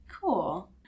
Cool